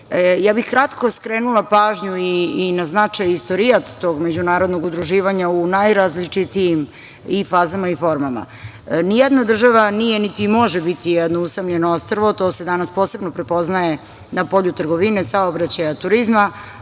bih kratko skrenula pažnju i na značaj i istorijat tog međunarodnog udruživanja u najrazličitijim i fazama i formama. Ni jedna država nije, niti može biti jedno usamljeno ostrvo, to se danas posebno prepoznaje na polju trgovine, saobraćaja, turizma,